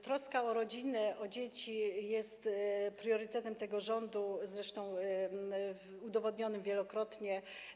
Troska o rodzinę, o dzieci jest priorytetem tego rządu, zresztą udowodnionym wielokrotnie.